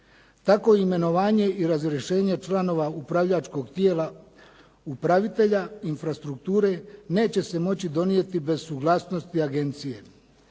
Tako imenovanje i razrješenje članova upravljačkog tijela upravitelja infrastrukture neće se moći donijeti bez suglasnosti agencije.